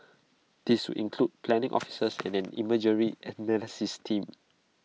these would include planning officers and an imagery analysis team